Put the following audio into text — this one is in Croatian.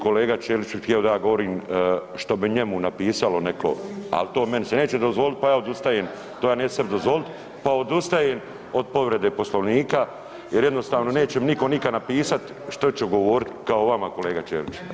Kolega Ćelić bi htio da ja govorim što bi njemu napisalo netko, ali to meni se neće dozvoliti pa ja odustajem, to ja sebi neću dozvolit, pa odustajem od povrede Poslovnika jer jednostavno neće mi nitko nikad napisat što ću govoriti kao vama, kolega Ćelić.